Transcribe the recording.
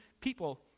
people